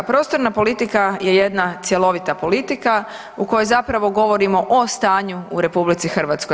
Prostorna politika je jedna cjelovita politika u kojoj zapravo govorimo o stanju u RH.